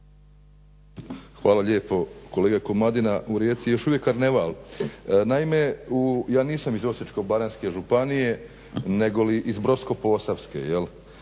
Hvala lijepo. Kolega Komadina, u Rijeci je još uvijek karneval. Naime, ja nisam iz Osječko-baranjske županije negoli iz Brodsko-posavske pa